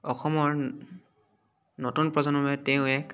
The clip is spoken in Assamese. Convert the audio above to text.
অসমৰ নতুন প্ৰজন্মই তেওঁ এক